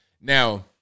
Now